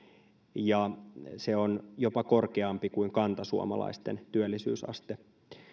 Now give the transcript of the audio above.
se on jopa korkeampi kuin kantasuomalaisten työllisyysaste